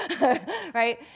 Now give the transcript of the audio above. right